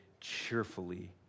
cheerfully